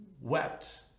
wept